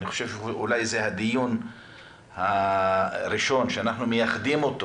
אני חושב שזה הדיון הראשון, שאנחנו מייחדים אותו